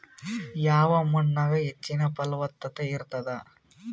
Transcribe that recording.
ಯಾವ ಮಣ್ಣಾಗ ಹೆಚ್ಚಿನ ಫಲವತ್ತತ ಇರತ್ತಾದ?